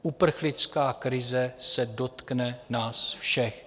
Uprchlická krize se dotkne nás všech.